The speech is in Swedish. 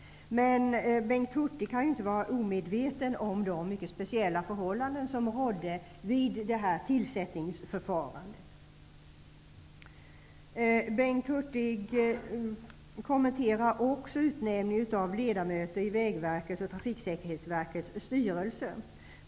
Men Bengt Hurtig kan inte vara omedveten om de mycket speciella förhållanden som rådde vid detta tillsättningsförfarande. Bengt Hurtig kommenterar också utnämningen av ledamöter i Vägverkets och Trafiksäkerhetsverkets styrelser.